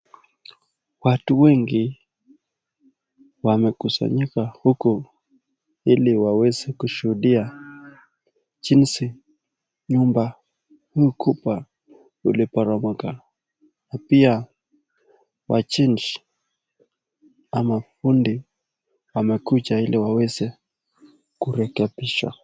Watu wengi wamekusanyika huku ili waweze kushuhudia jinsi nyumba hii kubwa uliporomoka na pia wajenzi ama fundi wamekuja ili waweze kurekebisha.